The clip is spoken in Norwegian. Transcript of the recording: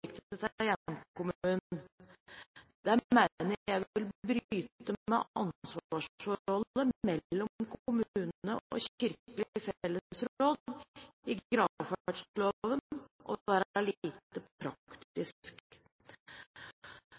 bryte med ansvarsforholdet mellom kommune og Kirkelig fellesråd i gravferdsloven og være lite praktisk.